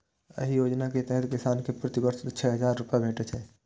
एहि योजना के तहत किसान कें प्रति वर्ष छह हजार रुपैया भेटै छै